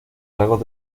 rasgos